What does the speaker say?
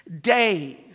days